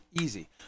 easy